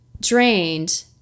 drained